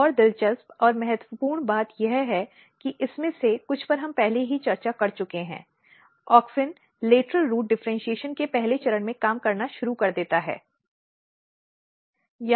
एक और दिलचस्प और महत्वपूर्ण बात यह है कि इसमें से कुछ पर हम पहले ही चर्चा कर चुके हैं ऑक्सिन लेटरल रूट डिफ़र्इन्शीएशन के पहले चरण में काम करना शुरू कर देता है